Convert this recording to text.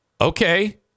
Okay